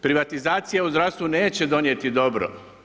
Privatizacija u zdravstvu neće donijeti dobro.